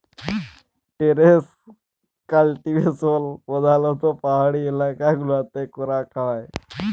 terrace cultivation প্রধালত্ব পাহাড়ি এলাকা গুলতে ক্যরাক হ্যয়